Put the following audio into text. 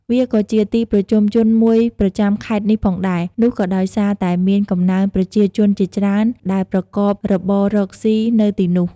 វាក៏ជាទីប្រជុំជនមួយប្រចាំខេត្តនេះផងដែរ នោះក៏ដោយសារតែមានកំណើនប្រជាជនជាច្រើនដែលប្រកបរបររកស៊ីនៅទីនោះ។